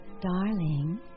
Darling